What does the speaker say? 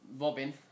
Robin